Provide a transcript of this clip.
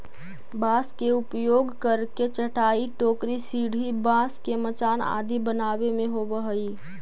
बाँस के उपयोग करके चटाई, टोकरी, सीढ़ी, बाँस के मचान आदि बनावे में होवऽ हइ